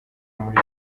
muri